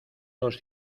los